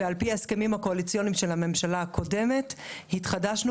ועל-פי ההסכמים הקואליציוניים של הממשלה הקודמת התחדשנו